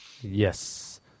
Yes